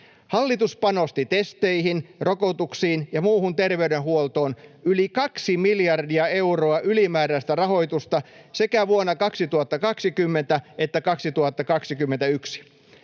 Hallitus panosti testeihin, rokotuksiin ja muuhun terveydenhuoltoon yli kaksi miljardia euroa ylimääräistä rahoitusta sekä vuonna 2020 että 2021.